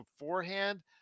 beforehand